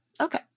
Okay